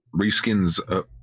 reskins